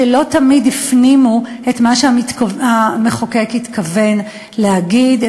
שלא תמיד הפנימו את מה שהמחוקק התכוון להגיד,